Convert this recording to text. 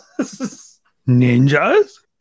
Ninjas